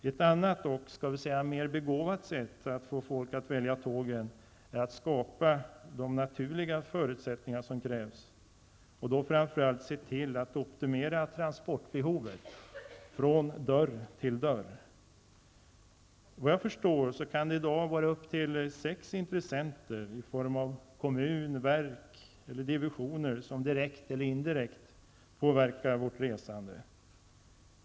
Ett annat och skall vi säga mer begåvat sätt att få folk att välja tåget är att skapa de naturliga förutsättningar som krävs och då framför allt se till att optimera transportbehovet, från dörr till dörr. Vad jag förstår kan det i dag vara upp till sex intressenter i form av kommun, verk eller divisioner som direkt eller indirekt påverkar vårt resande.